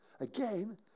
Again